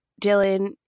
Dylan